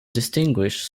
distinguished